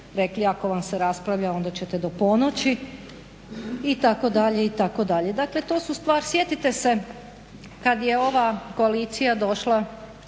rekli ako vam se raspravlja onda ćete do ponoći, itd., itd. Dakle, to su stvar, sjetite se kad je ova koalicija došla